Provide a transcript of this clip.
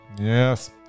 yes